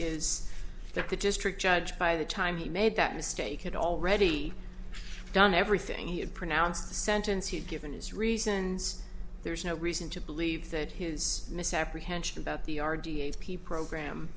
that the district judge by the time he made that mistake had already done everything he had pronounced the sentence he'd given his reasons there's no reason to believe that his misapprehension about the our d s p program